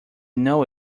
know